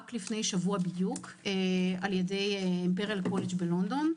לפני שבוע בדיוק על-ידי ברל בויץ' בלונדון.